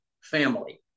family